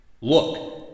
Look